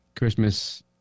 Christmas